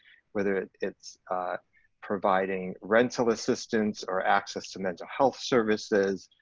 whether it's providing rental assistance or access to mental health services,